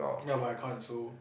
ya but I can't so